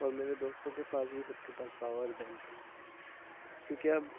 اور میرے دوستوں کے پاس بھی سب کے پاس پاور بینک ہے کیونکہ اب